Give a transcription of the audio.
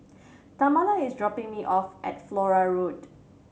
Tamala is dropping me off at Flora Road